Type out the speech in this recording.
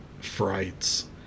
frights